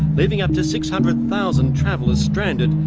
leaving up to six hundred thousand travelers stranded,